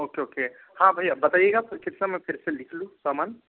okay okay हाँ भैया बताइएगा तो जिसे मैं फिर से लिख लूँ सामान